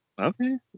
Okay